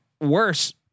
worse